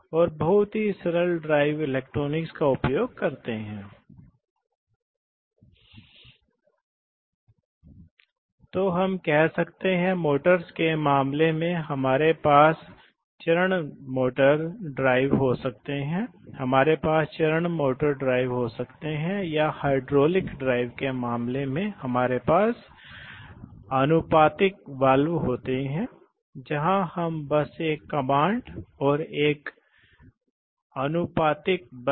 इसी तरह आपके पास न्यूमेटिक्स मोटर हो सकते हैं और वे फिर से विभिन्न प्रकार के सकारात्मक विस्थापन प्रकार गैर सकारात्मक विस्थापन प्रकार के हो सकते हैं इसलिए आपके पास वेन मोटर्स हो सकते हैं या आप पिस्टन मोटर्स कर सकते हैं जैसे कि हम हाइड्रोलिक्स में थे इसलिए इनका उपयोग किया जाता है आम तौर पर कम से मध्यम टोक़ और उच्च गति के लिए कुछ हद तक इलेक्ट्रिक मोटर्स की तरह